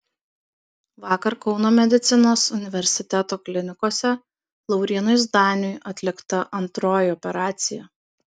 vakar kauno medicinos universiteto klinikose laurynui zdaniui atlikta antroji operacija